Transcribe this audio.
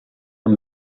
amb